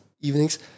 evenings